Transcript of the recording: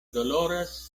doloras